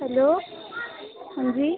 hello हांजी